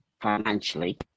financially